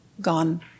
gone